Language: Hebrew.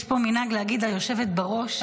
יש פה מנהג להגיד היושבת בראש.